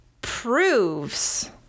proves